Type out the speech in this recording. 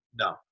No